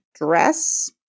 dress